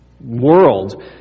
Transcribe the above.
world